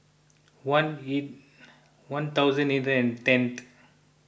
one eight one thousand eight and tenth